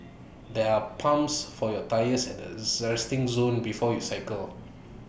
there are pumps for your tyres at the resting zone before you cycle